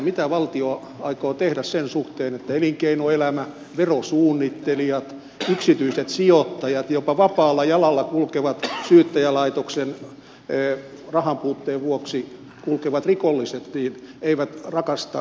mitä valtio aikoo tehdä sen suhteen että elinkeinoelä mä verosuunnittelijat yksityiset sijoittajat jopa syyttäjälaitoksen rahanpuutteen vuoksi vapaalla jalalla kulkevat rikolliset eivät rakasta valtion tuloja